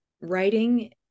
Writing